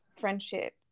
friendship